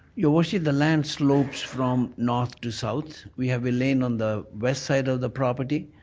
your worship, the land slopes from north to south. we have a lane on the west side of the property,